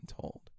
told